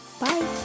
bye